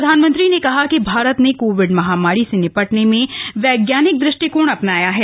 प्रधानमंत्री ने कहा कि भारत ने कोविड महामारी से निपटने में वैज्ञानिक दृष्टिकोण अपनाया है